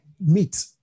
Meet